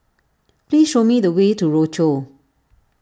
please show me the way to Rochor